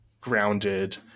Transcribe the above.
grounded